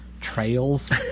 trails